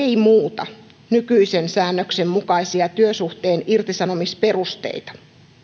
ei muuta nykyisen säännöksen mukaisia työsuhteen irtisanomisperusteita